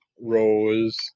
rose